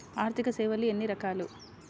ఆర్థిక సేవలు ఎన్ని రకాలు?